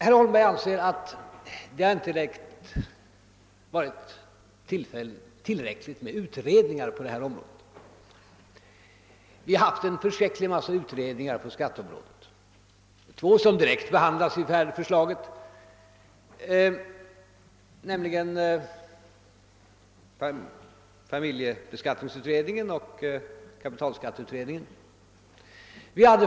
Herr Holmberg anser att det inte har varit tillräckligt med utredningar på skatteområdet. Vi har haft en förskräcklig massa utredningar — två som direkt behandlas i propositionerna, nämligen familjeskatteberedningen och kapitalskatteberedningen.